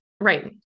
Right